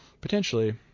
potentially